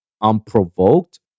unprovoked